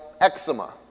eczema